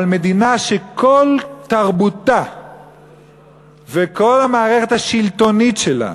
אבל מדינה שכל תרבותה וכל המערכת השלטונית שלה